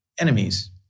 enemies